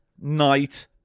night